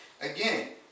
Again